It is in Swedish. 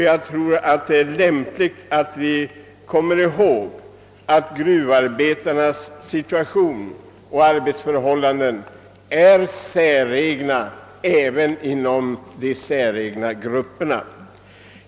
Jag tror det är lämpligt att hålla i minnet att gruvarbetarnas situation i allmänhet och arbetsförhållanden i synnerhet måste kallas säregna även inom de säregna grupperna.